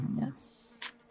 Yes